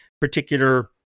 particular